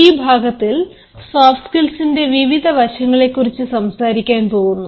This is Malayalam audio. ഈ ഭാഗത്തിൽ സോഫ്റ്റ് സ്കിൽസിന്റെ വിവിധ വശങ്ങളെക്കുറിച്ച് സംസാരിക്കാൻ പോകുന്നു